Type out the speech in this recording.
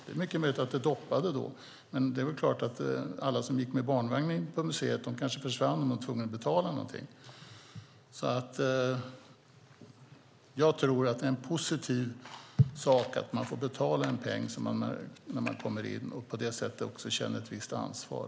Det är möjligt att det dippade då, men kanske alla de som gick in på museet med barnvagn försvann när de blev tvungna att betala. Jag tror att det är positivt att man får betala en peng när man går in och på det sättet känner ett visst ansvar.